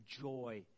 joy